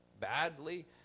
badly